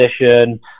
position